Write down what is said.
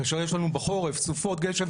כאשר יש לנו בחורף סופות גשם,